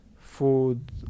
food